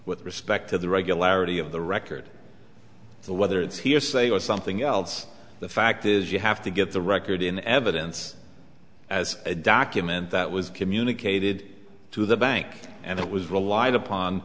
with respect to the regularity of the record so whether it's hearsay or something else the fact is you have to get the record in evidence as a document that was communicated to the bank and it was relied upon